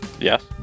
Yes